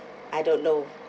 I don't know